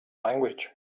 language